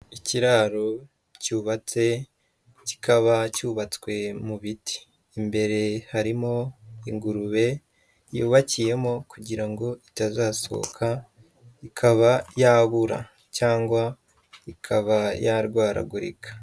Ikiraro cyubatse, kikaba cyubatswe mu biti, imbere harimo ingurube yubakiyemo kugira ngo itazasohoka, ikaba yabura cyangwa ikaba yarwaragurika.